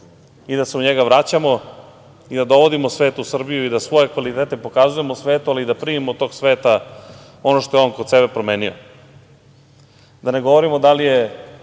i da se u njega vraćamo i da dovodimo svet u Srbiju i da svoje kvalitete pokazujemo svetu, ali i da primimo tog sveta ono što je on kod sebe promenio. Da ne govorim da li je